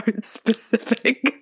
specific